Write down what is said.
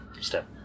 step